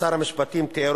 אסור לתמוך בטרור